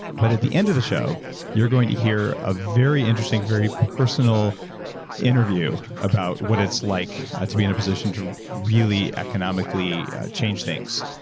but at the end of the show you're going to hear a very interesting, very personal interview about what it's like ah to be in a position to really economically change things,